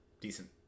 decent